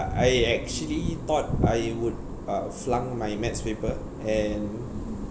I actually thought I would uh flunk my maths paper and